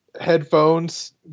headphones